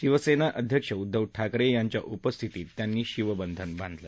शिवसेना अध्यक्ष उद्दव ठाकरे यांच्या उपस्थितीत त्यांनी शिवबंधन बांधलं